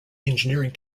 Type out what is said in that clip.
engineering